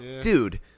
dude